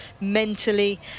mentally